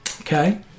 okay